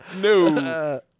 No